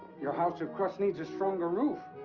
your house of crust needs a stronger roof.